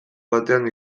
batean